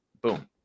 boom